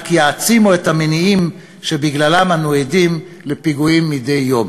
רק יעצים את המניעים שבגללם אנו עדים לפיגועים מדי יום.